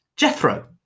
Jethro